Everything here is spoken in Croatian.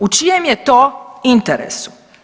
U čijem je to interesu?